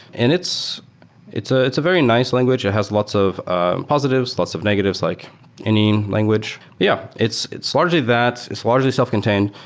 and it's it's ah a very nice language. it has lots of ah positives. lots of negatives, like any language. yeah, it's it's largely that. it's largely self-contained.